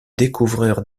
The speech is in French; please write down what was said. découvreur